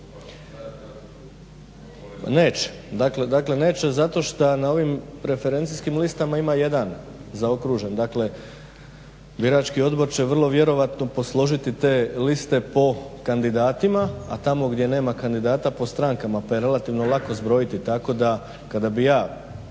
Neće. Dakle neće zato što na ovim preferencijskim listama ima jedan zaokružen. Dakle, birački odbor će vrlo vjerojatno posložiti te liste po kandidatima, a tamo gdje nema kandidata po strankama pa je relativno lako zbrojiti. Tako da kada bi ja